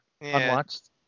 unwatched